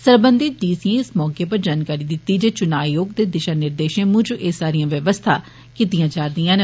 सरबंधित D C एं इस मौके जानकारी दित्ती जे ते चुनां आयोग दे दिषा निर्देषें मुजब एह सारियां व्यवस्थां कीतियां जा रदियां न